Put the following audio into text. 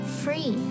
free